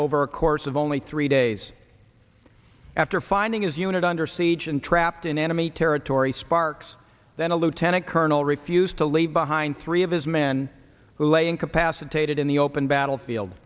over a course of only three days after finding his unit under siege and trapped in enemy territory sparks then a lieutenant colonel refused to leave behind three of his men who lay incapacitated in the open battlefield